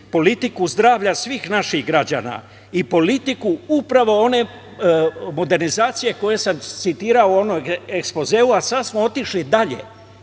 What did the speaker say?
politiku zdravlja svih naših građana, i politiku upravo one modernizacije koju sam citirao u onom ekspozeu, a sada smo otišli dalje,